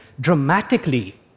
dramatically